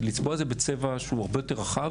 לצבוע את זה בצבע הרבה יותר רחב.